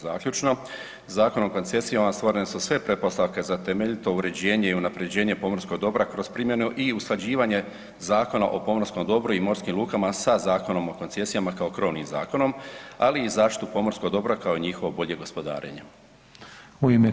Zaključno, Zakonom o koncesijama stvorene su sve pretpostavke za temeljito uređenje i unapređenje pomorskog dobra kroz primjenu i usklađivanje Zakona o pomorskom dobru i morskim lukama sa Zakonom o koncesijama kao krovnim zakonom, ali i zaštitu pomorskog dobra kao i njihovo bolje gospodarenje.